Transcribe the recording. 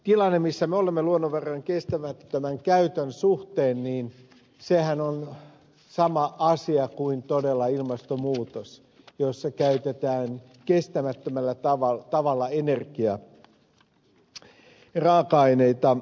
tilanne jossa me olemme luonnonvarojen kestämättömän käytön suhteen on todella sama kuin ilmastonmuutoksessa jossa käytetään kestämättömällä tavalla energiaa ja raaka aineita